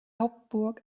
hauptburg